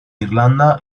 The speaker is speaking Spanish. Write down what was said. irlanda